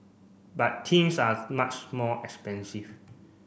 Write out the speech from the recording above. but things are much more expensive